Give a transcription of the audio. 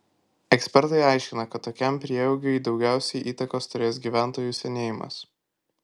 ekspertai aiškina kad tokiam prieaugiui daugiausiai įtakos turės gyventojų senėjimas